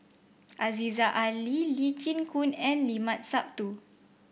Aziza Ali Lee Chin Koon and Limat Sabtu